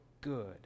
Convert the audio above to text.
good